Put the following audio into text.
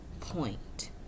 point